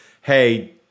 hey